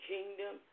Kingdom